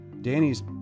Danny's